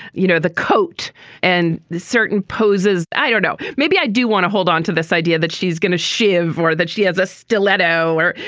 you know, the coat and the certain poses. i don't know. maybe i do want to hold on to this idea that she's going to shave or that she has a stiletto or,